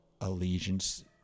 allegiance